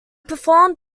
performed